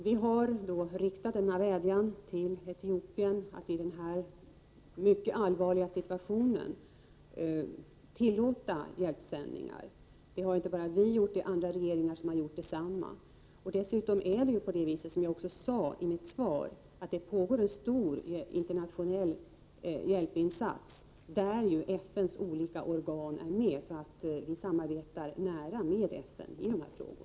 Vi har alltså riktat en vädjan till Etiopien att i denna mycket allvarliga situation tillåta hjälpsändningar. Det är inte bara den svenska regeringen som har gjort det utan även andra regeringar. Dessutom pågår det, som jag sade i mitt svar, en stor internationell hjälpinsats, där FN:s olika organ är med. Vi samarbetar alltså nära med FN i dessa frågor.